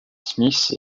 smith